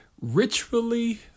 ritually